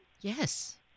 Yes